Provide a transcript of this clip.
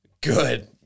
good